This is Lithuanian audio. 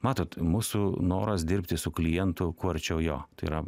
matot mūsų noras dirbti su klientu kuo arčiau jo tai yra